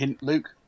Luke